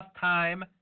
time